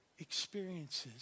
experiences